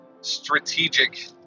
strategic